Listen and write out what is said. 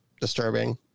disturbing